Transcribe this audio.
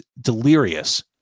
delirious